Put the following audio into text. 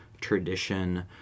tradition